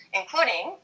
including